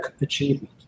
achievement